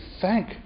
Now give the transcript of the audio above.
Thank